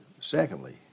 Secondly